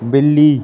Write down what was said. ॿिली